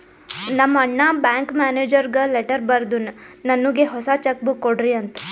ನಮ್ ಅಣ್ಣಾ ಬ್ಯಾಂಕ್ ಮ್ಯಾನೇಜರ್ಗ ಲೆಟರ್ ಬರ್ದುನ್ ನನ್ನುಗ್ ಹೊಸಾ ಚೆಕ್ ಬುಕ್ ಕೊಡ್ರಿ ಅಂತ್